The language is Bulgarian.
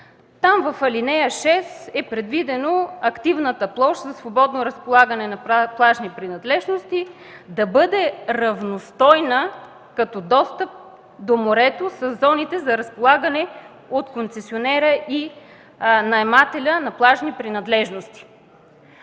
Там в ал. 6 е предвидено активната площ за свободно разполагане на плажни принадлежности да бъде равностойна като достъп до морето със зоните за разполагане от концесионера и наемателя на плажни принадлежности.